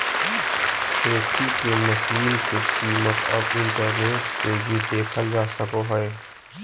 खेती के मशीन के कीमत अब इंटरनेट से भी देखल जा सको हय